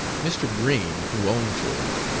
mr. green, who owned george,